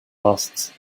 lasts